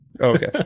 Okay